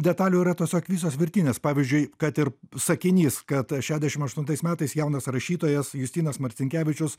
detalių yra tiesiog visos virtinės pavyzdžiui kad ir sakinys kad šešdešim aštuntais metais jaunas rašytojas justinas marcinkevičius